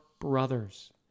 brothers